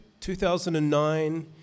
2009